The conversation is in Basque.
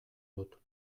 dut